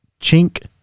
Chink